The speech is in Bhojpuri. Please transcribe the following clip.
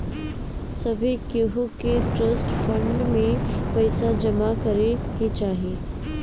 सभे केहू के ट्रस्ट फंड में पईसा जमा करे के चाही